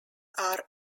are